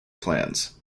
plans